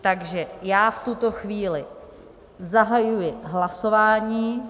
Takže já v tuto chvíli zahajuji hlasování.